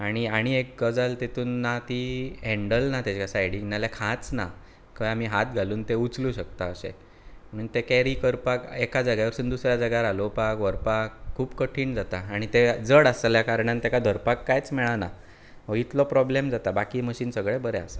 आनी आनी एक गजाल तितून ना ती हेंडल ना तेच्या सायडीक नाजाल्यार म्हणजे खांच ना खंय आमी हात घालून तें उचलू शकता अशें आनी तें कॅरी करपाक एका जाग्या वयसून दुसऱ्या जाग्यार हालोवपाक व्हरपाक खूब कठीण जाता आनी तें जड आसल्या कारणान तेका धरपाक कांयच मेळना इतलो प्रोब्लेम जाता बाकी मशीन सगलें बरें आसा